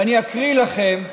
ואני אקריא לכם,